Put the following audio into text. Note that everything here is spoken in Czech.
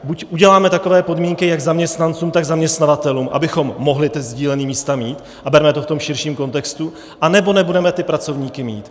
Buď uděláme takové podmínky, jak zaměstnancům, tak zaměstnavatelům, abychom mohli ta sdílená místa mít, a berme to v tom širším kontextu, anebo nebudeme ty pracovníky mít.